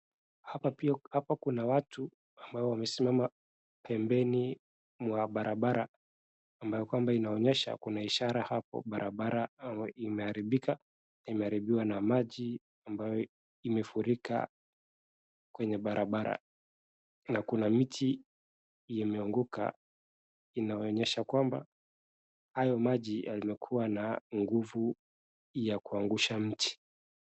Hapa kuna watu ambao wamesimama pembeni mwa barabara ambayo kwamba inaonyesha kuna ishara hapo barabara imeharibika na imeharibiwa na maji ambayo imefurika kwenye barabara. Na kuna miti imeanguka inaonyesha kwamba hio maji imekuwa na nguvu ya kuangusha miti.